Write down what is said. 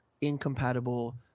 incompatible